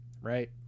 right